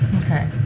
Okay